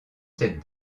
cette